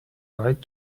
right